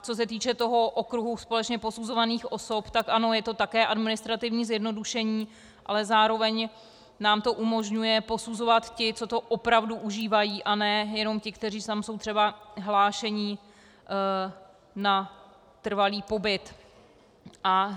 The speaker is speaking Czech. Co se týče toho okruhu společně posuzovaných osob, tak ano, je to také administrativní zjednodušení, ale zároveň nám to umožňuje posuzovat ty, co to opravdu užívají, a nejenom ty, kteří tam jsou třeba hlášeni k trvalému pobytu.